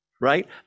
Right